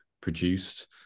produced